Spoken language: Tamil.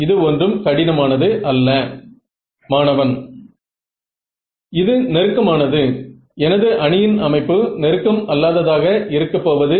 இது 75 லிருந்து 80 ஓம்ஸ் வரை இருக்கிறது என்ற நம் நம்பிக்கை உங்களுக்கு இருக்கிறது